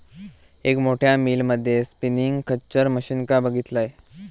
एक मोठ्या मिल मध्ये स्पिनींग खच्चर मशीनका बघितलंय